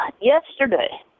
yesterday